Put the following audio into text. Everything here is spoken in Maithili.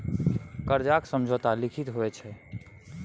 करजाक समझौता लिखित होइ छै